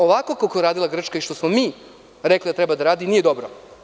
Ovako kako je uradila Grčka i što smo mi rekli da treba da uradimo, nije dobro.